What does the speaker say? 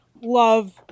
love